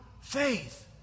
faith